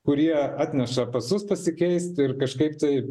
kurie atneša pasus pasikeisti ir kažkaip tai